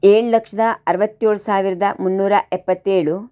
ಏಳು ಲಕ್ಷದ ಅರ್ವತ್ತೇಳು ಸಾವಿರದ ಮುನ್ನೂರ ಎಪ್ಪತ್ತೇಳು